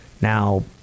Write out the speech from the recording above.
now